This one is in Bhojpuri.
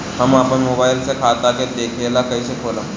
हम आपन मोबाइल से खाता के देखेला कइसे खोलम?